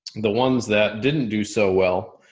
the ones that didn't do so well.